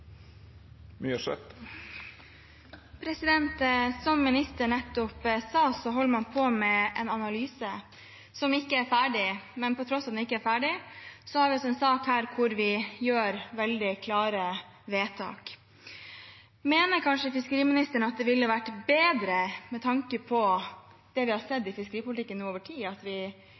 Som ministeren nettopp sa, holder man på med en analyse, som ikke er ferdig. Men på tross av at den ikke er ferdig, har vi altså en sak her hvor vi gjør veldig klare vedtak. Mener kanskje fiskeriministeren – med tanke på det vi har sett i fiskeripolitikken nå over tid, at vi